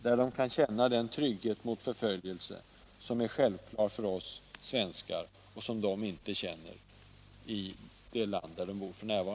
Där kan de känna den trygghet mot förföljelse som är självklar för oss svenskar, men som dessa judar inte känner i det land där de nu bor.